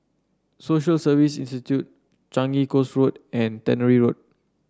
Social Service Institute Changi Coast Road and Tannery Road